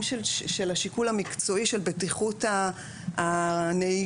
של השיקול המקצועי של בטיחות הנהיגה.